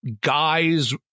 guys